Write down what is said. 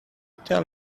tell